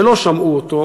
ולא שמעו אותו,